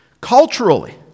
culturally